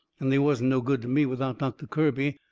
and they wasn't no good to me without doctor kirby.